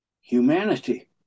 Humanity